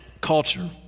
culture